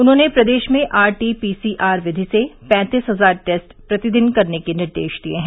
उन्होंने प्रदेश में आरटीपीसीआर विधि से पैंतीस हजार टेस्ट प्रतिदिन करने के निर्देश दिए हैं